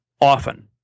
often